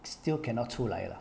still cannot 出来啦